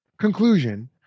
conclusion